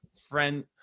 friend